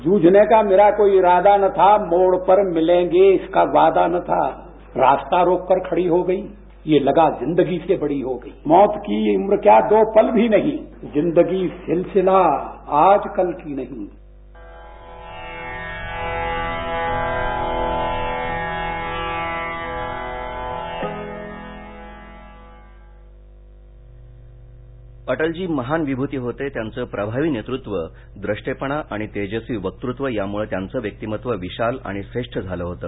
जूझने का मेरा इरादा न था मोड पर मिलेंगे इसका वादा न था रास्ता रोक कर खडी हो गई यों लगा जिन्दगी से बडी हो गई मौत की उमर क्या है दो पल भी नहीं जिन्दगी सिलसिला आज कल की नही प्रतिक्रिया अटलजी महान विभूती होते त्यांचं प्रभावी नेतृत्व द्रषेपणा आणि तेजस्वी वकृत्व यामुळे त्यांचं व्यक्तिमत्व विशाल आणि श्रेष्ठ झालं होत